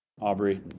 Aubrey